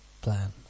plan